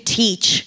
teach